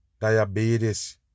diabetes